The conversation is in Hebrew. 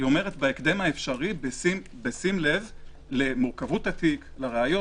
היא אומרת: בהקדם האפשרי בשים לב למורכבות הראיות.